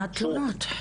התלונות.